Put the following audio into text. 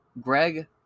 Greg